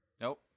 Nope